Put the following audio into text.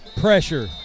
Pressure